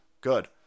Good